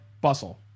bustle